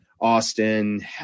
Austin